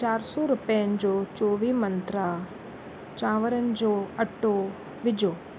चारि सौ रुपियनि जो चोवीह मंत्रा चांवरनि जो अटो विझो